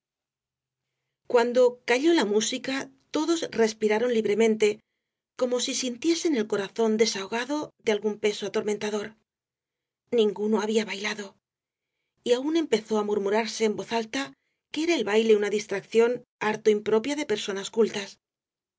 cuando calló la música todos respiraron libremente como si sintiesen el corazón desahogado de algún peso atormentador ninguno había bailado y aun empezó á murmurarse en voz alta que era el baile una distracción harto impropia de personas cultas